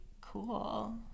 cool